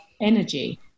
energy